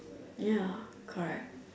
ya correct